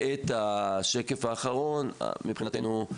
השקף האחרון מבחינתנו,